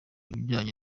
ibijyanye